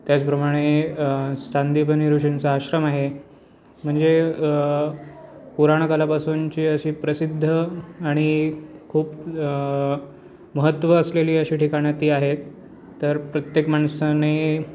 त्याचप्रमाणे सांदीपनी ऋषीचा आश्रम आहे म्हणजे पुराण काळापासूनची अशी प्रसिद्ध आणि खूप महत्त्व असलेली अशी ठिकाणं ती आहेत तर प्रत्येक माणसाने